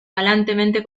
galantemente